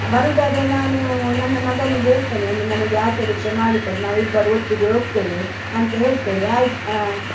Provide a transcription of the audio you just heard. ಬರುವುದಾದ್ರೆ ನಾನು ನನ್ನ ಮಗನಿಗೆ ಹೇಳ್ತೇನೆ ಒಂದು ನಮಗೆ ಆಟೋ ರಿಕ್ಷ ಮಾಡಿಕೊಡು ನಾವಿಬ್ಬರೂ ಒಟ್ಟಿಗೆ ಹೋಗ್ತೇವೆ ಅಂತ ಹೇಳ್ತೇವೆ ಆಯಿತಾ